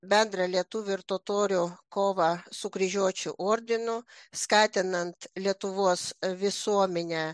bendrą lietuvių ir totorių kovą su kryžiuočių ordinu skatinant lietuvos visuomenę